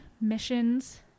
missions